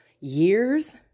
years